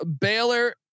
Baylor